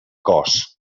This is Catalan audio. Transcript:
cos